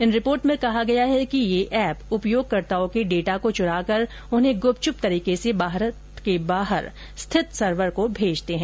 इन report में कहा गया है कि ये एप उपयोगकर्ताओं के डेटा को चुराकर उन्हें गुपचुप तरीके से भारत के बाहर स्थित सर्वर को भेजते हैं